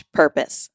purpose